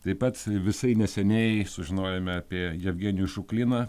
taip pat visai neseniai sužinojome apie jevgenijų šukliną